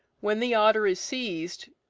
when the otter is seized,